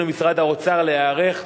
אנחנו קוראים למשרד האוצר להיערך,